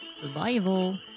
Survival